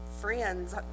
friends